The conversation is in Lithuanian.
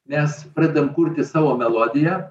mes pradedam kurti savo melodiją